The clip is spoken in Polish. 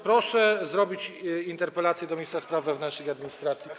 Proszę napisać interpelację do ministra spraw wewnętrznych i administracji.